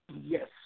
Yes